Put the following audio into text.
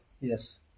yes